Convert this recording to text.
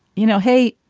you know, hey,